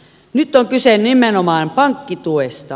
nyt on kyse nimenomaan pankkituesta